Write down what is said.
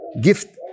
gift